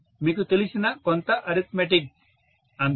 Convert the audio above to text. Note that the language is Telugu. మీకు తెలిసిన కొంత అరిథ్మెటిక్ అంతే